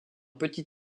petit